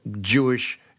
Jewish